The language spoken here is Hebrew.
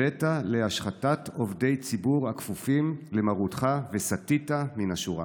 הבאת להשחתת עובדי ציבור הכפופים למרותך וסטית מן השורה."